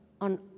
on